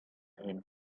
him